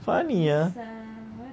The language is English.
funny ah